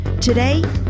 Today